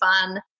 fun